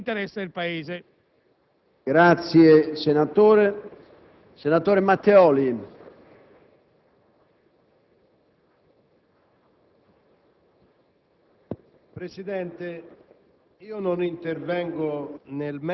nella sua prima stesura. E lo si è risolto, dimostrando che è bene che Parlamento e Governo interloquiscano nell'interesse del Paese.